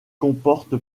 comporte